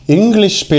English